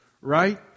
right